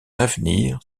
avenir